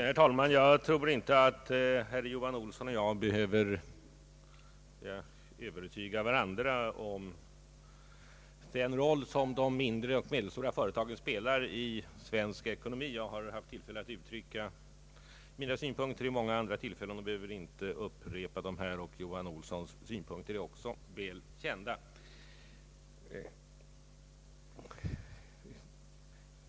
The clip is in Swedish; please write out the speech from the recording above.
Herr talman! Jag tror inte att herr Johan Olsson och jag behöver övertyga varandra om den roll som de mindre och medelstora företagen spelar i svensk ekonomi. Jag har haft möjlighet att uttrycka mina synpunkter vid många andra tillfällen och behöver inte upprepa dem här. Herr Johan Olssons synpunkter är också väl kända.